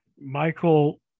Michael